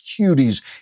cuties